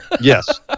Yes